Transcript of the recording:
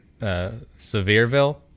Sevierville